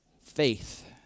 faith